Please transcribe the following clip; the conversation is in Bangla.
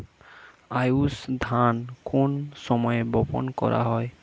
আউশ ধান কোন সময়ে রোপন করা হয়?